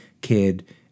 kid